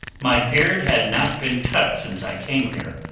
my beard had not been cut since i came here.